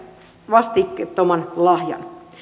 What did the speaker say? vastikkeettoman lahjan